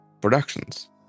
productions